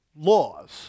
laws